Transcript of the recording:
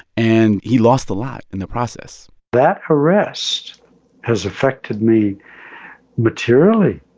and he lost a lot in the process that arrest has affected me materially.